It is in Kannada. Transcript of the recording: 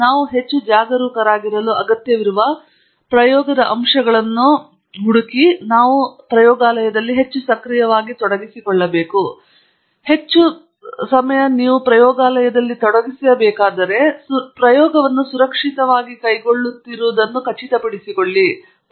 ನಾವು ಹೆಚ್ಚು ಜಾಗರೂಕರಾಗಿರಲು ಅಗತ್ಯವಿರುವ ಪ್ರಯೋಗದ ಅಂಶಗಳನ್ನು ಹುಡುಕುವಲ್ಲಿ ನಾವು ಹೆಚ್ಚು ಸಕ್ರಿಯವಾಗಿ ತೊಡಗಿಸಿಕೊಳ್ಳಬೇಕು ಮತ್ತು ನೀವು ಹೆಚ್ಚು ಪ್ರಯತ್ನದಲ್ಲಿ ತೊಡಗಿಸಬೇಕಾದರೆ ಮತ್ತು ಪ್ರಯೋಗವನ್ನು ಸುರಕ್ಷಿತವಾಗಿ ಕೈಗೊಳ್ಳುವುದನ್ನು ಖಚಿತಪಡಿಸಿಕೊಳ್ಳಿ